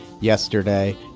yesterday